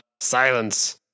Silence